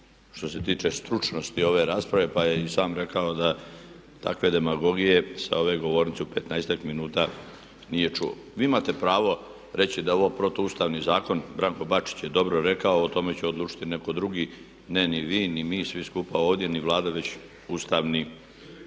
što se tiče stručnosti ove rasprave, pa je i sam rekao da takve demagogije sa ove govornice u petnaestak minuta nije čuo. Vi imate pravo reći da je ovo protu ustavni zakon. Branko Bačić je dobro rekao, o tome će odlučiti netko drugi, ne ni vi, ni mi, svi skupa ovdje, ni Vlada već Ustavni sud.